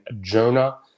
Jonah